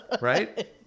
right